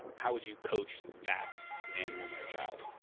how would you coach that man woman or a child?